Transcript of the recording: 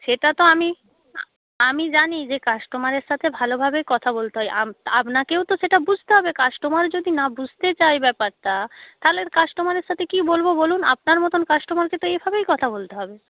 সেটা তো আমি আমি জানি যে কাস্টোমারের সাথে ভালোভাবে কথা বলতে হয় আপনাকেও তো সেটা বুঝতে হবে কাস্টোমার যদি না বুঝতে চায় ব্যাপারটা তাহলে কাস্টোমারের সাথে কি বলবো বলুন আপনার মতোন কাস্টোমারকে তো এভাবেই কথা বলতে হবে